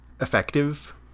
effective